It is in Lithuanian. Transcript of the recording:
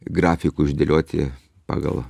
grafikų išdėlioti pagal